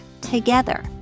together